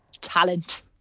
talent